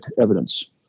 evidence